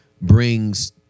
brings